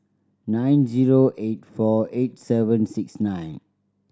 nine zero eight four eight seven six nine